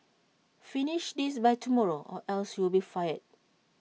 finish this by tomorrow or else you'll be fired